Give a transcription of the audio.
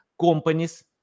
companies